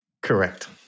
Correct